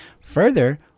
Further